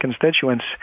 constituents